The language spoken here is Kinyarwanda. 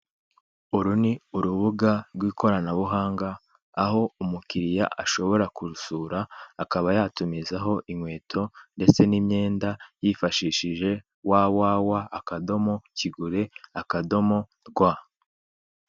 Uru ni urubuga rw'ikoranabuhanga aho umukiriya ashobora kurusura akaba yatumizaho inkweto ndetse n'imyenda yifashishije wa wa wa akadomo kigure akadomo rwa.